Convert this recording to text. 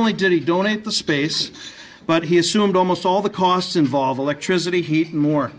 only did he donate the space but he assumed almost all the costs involved electricity heat more